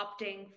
opting